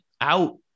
out